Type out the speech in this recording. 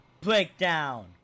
Breakdown